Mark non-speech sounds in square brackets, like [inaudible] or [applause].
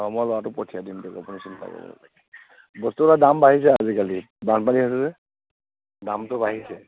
অঁ মই ল'ৰাটোক পঠিয়াই দিম [unintelligible] চিন্তা কৰিব নালাগে বস্তুবিলাকৰ দাম বাঢ়িছে আজিকালি বানপানী হৈছে যে দামটো বাঢ়িছে